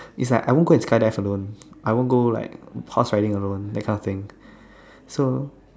it's like I won't go and skydive alone I won't go like horse riding alone that kind of things so